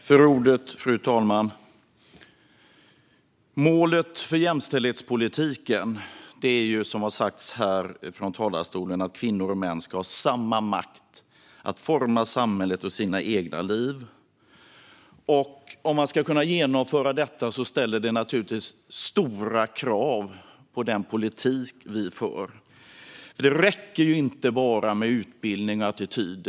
Fru talman! Målet för jämställdhetspolitiken är, som har sagts här från talarstolen, att kvinnor och män ska ha samma makt att forma samhället och sina egna liv. Om vi ska kunna genomföra detta ställer det naturligtvis höga krav på den politik som vi för. Det räcker inte med bara utbildning och attityder.